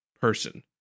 person